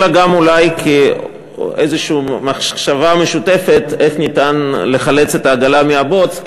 אלא גם אולי להעלאת איזושהי מחשבה משותפת איך ניתן לחלץ את העגלה מהבוץ.